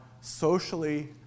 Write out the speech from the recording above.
socially